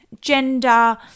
gender